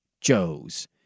Joe's